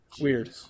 weird